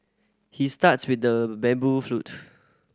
he starts with the bamboo flute